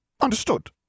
Understood